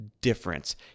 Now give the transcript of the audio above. difference